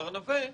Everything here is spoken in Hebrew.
מר נוה,